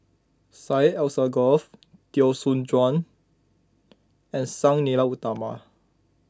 Syed Alsagoff Teo Soon Chuan and Sang Nila Utama